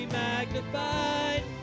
magnified